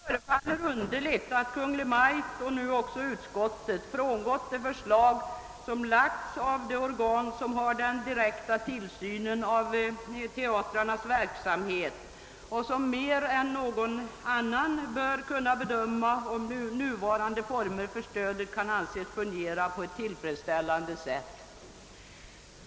Det förefaller underligt att Kungl. Maj:t och nu också utskottet frångått det förslag som lagts av de organ, som har den direkta tillsynen över teaterverksamheten och som mer än någon annan bör kunna bedöma om nuvarande former för stödet kan anses fungera på ett tillfredsställande sätt.